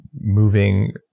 moving